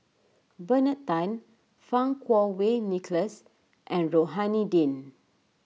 Bernard Tan Fang Kuo Wei Nicholas and Rohani Din